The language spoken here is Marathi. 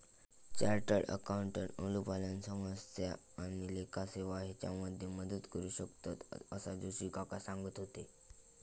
चार्टर्ड अकाउंटंट अनुपालन समस्या आणि लेखा सेवा हेच्यामध्ये मदत करू शकतंत, असा जोशी काका सांगत होते